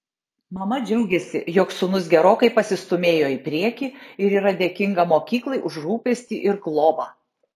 mama džiaugiasi jog sūnus gerokai pasistūmėjo į priekį ir yra dėkinga mokyklai už rūpestį ir globą